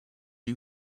you